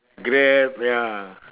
Grab ya